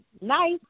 nice